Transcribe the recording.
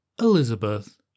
Elizabeth